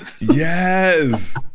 Yes